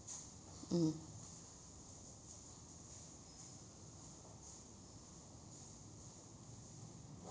mm